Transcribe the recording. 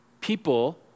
people